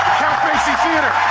basie theater,